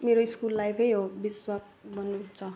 मेरो स्कुल लाइफै हो विस्वाद भन्नु छ